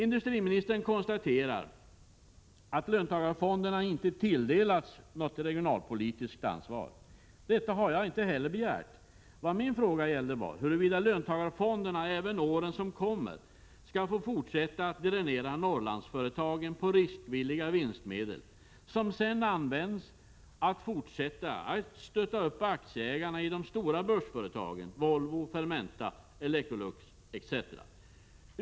Industriministern konstaterar att löntagarfonderna inte tilldelats något regionalpolitiskt ansvar. Detta har jag inte heller begärt. Vad min fråga gällde var huruvida löntagarfonderna, även under kommande år, skall få fortsätta att dränera Norrlandsföretagen på riskvilliga vinstmedel, som sedan används till fortsatt arbete med att stötta upp aktieägarna i de stora börsföretagen Volvo, Fermenta, Electrolux, ASEA etc.